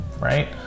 right